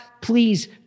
please